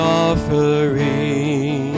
offering